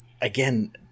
again